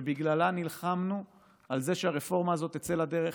שבגללה נלחמנו על זה שהרפורמה הזו תצא לדרך,